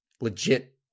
legit